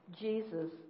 jesus